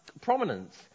prominence